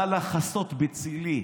נא לחסות בצילי.